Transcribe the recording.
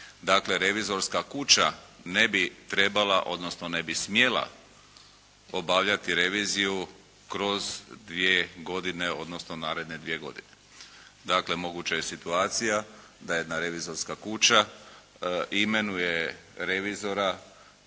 Dakle revizorska kuća ne bi trebala odnosno ne bi smjela obavljati reviziju kroz dvije godine odnosno naredne dvije godine. Dakle moguća je situacija da jedna revizorska kuća imenuje revizora